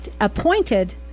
appointed